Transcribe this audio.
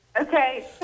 Okay